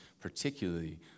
particularly